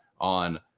on